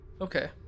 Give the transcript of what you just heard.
Okay